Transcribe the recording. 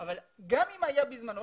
אבל גם אם היה בזמנו,